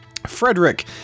Frederick